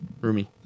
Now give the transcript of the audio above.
roomy